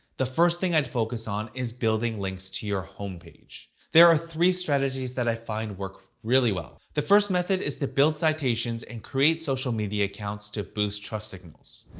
the first thing i'd focus on is building links to your home page. there are three strategies that i find work really well. the first method is to build citations and create social media accounts to boost trust signals.